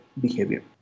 behavior